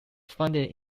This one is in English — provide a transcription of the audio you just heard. founded